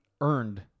earned